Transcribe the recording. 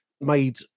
made